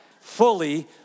fully